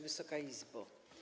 Wysoka Izbo!